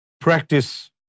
practice